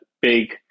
big